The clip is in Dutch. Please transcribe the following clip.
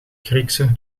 griekse